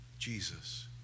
Jesus